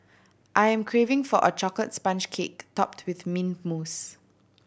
I am craving for a chocolate sponge cake topped with mint mousse